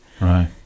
Right